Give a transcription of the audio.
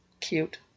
cute